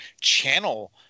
channel